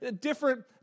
different